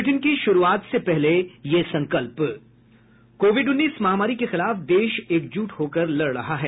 bulletin की शुरूआत से पहले ये संकल्प कोविड उन्नीस महामारी के खिलाफ देश एकजुट होकर लड़ रहा है